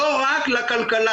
לא רק לכלכלה,